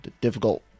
difficult